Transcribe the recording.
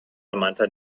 samantha